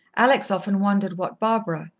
alex often wondered what barbara,